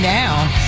now